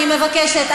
אני מבקשת,